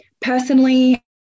personally